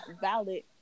valid